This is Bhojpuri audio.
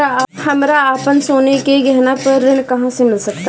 हमरा अपन सोने के गहना पर ऋण कहां मिल सकता?